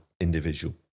individual